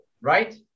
right